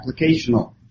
applicational